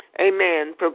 Amen